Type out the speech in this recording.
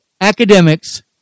academics